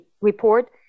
report